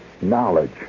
knowledge